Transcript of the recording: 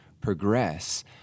progress